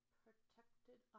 protected